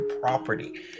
property